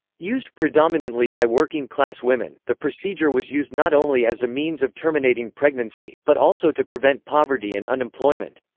used predominantly by working-class women, the procedure was used not only as a means of terminating pregnancy, but also to prevent poverty and unemployment.